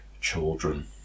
children